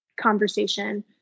conversation